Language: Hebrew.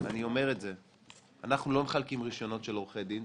אנחנו לא מחלקים רישיונות של עורכי דין,